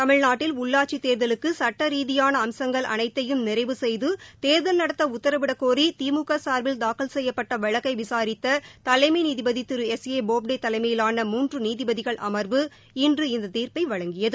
தமிழ்நாட்டில் உள்ளாட்சித் தேர்தலுக்கு சட்ட ரீதியான அம்சங்கள் அனைத்தையும் நிறைவு செய்து தேர்தல் நடத்த உத்தரவிடக் கோரி திமுக சார்பில் தாக்கல் செய்யப்பட்ட வழக்கை விசாரித்த தலைமை நீதிபதி திரு எஸ் ஏ போப்டே தலைமையிலான மூன்று நீதிபதிகள் அமர்வு இன்று இந்த தீர்ப்பை வழங்கியது